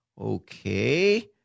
Okay